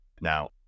now